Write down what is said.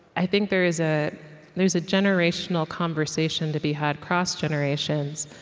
i think there is ah there is a generational conversation to be had, cross-generations,